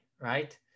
Right